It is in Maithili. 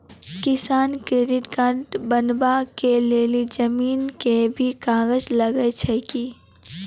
किसान क्रेडिट कार्ड बनबा के लेल जमीन के भी कागज लागै छै कि?